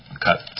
cut